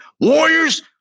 warriors